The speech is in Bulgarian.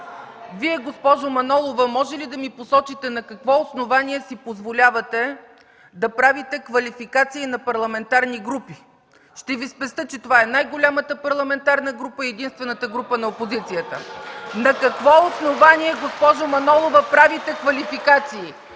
Госпожо Манолова, можете ли да посочите на какво основание си позволявате да правите квалификации на парламентарни групи?! Ще Ви спестя, че това е най-голямата парламентарна група и единствената група на опозицията. (Ръкопляскания от ГЕРБ.) На какво основание, госпожо Манолова, правите квалификации?!